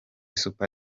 super